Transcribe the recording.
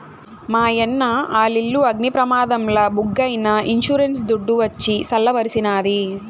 మాయన్న ఆలిల్లు అగ్ని ప్రమాదంల బుగ్గైనా ఇన్సూరెన్స్ దుడ్డు వచ్చి సల్ల బరిసినాది